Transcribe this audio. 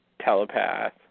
telepath